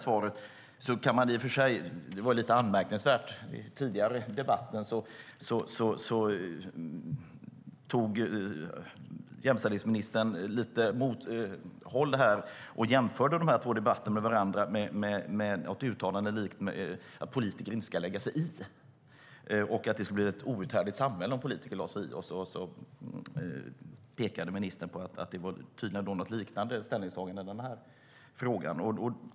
Det var lite anmärkningsvärt i den tidigare debatten när jämställdhetsministern tog mothåll och jämförde de här två debatterna med varandra och gjorde något uttalande likt att politiker inte ska lägga sig i och att det skulle bli ett outhärdligt samhälle om politiker lade sig i. Ministern pekade på att det tydligen var något liknande ställningstagande i den här frågan.